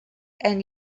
and